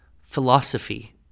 philosophy